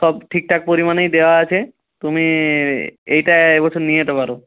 সব ঠিকঠাক পরিমাণেই দেওয়া আছে তুমি এইটা এই বছর নিয়ে যেতে পারো